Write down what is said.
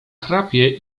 chrapie